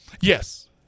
Yes